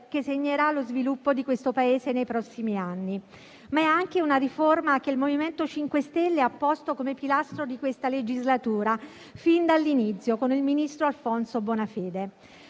che segnerà lo sviluppo di questo Paese nei prossimi anni. Ma è anche una riforma che il MoVimento 5 Stelle ha posto come pilastro di questa legislatura fin dall'inizio, con il ministro Alfonso Bonafede.